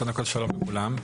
שלום לכולם,